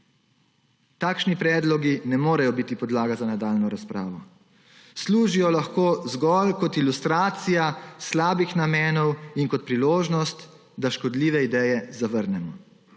Takšni predlogi ne morejo biti podlaga za nadaljnjo razpravo. Služijo lahko zgolj kot ilustracija slabih namenov in kot priložnost, da škodljive ideje zavrnemo.